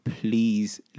please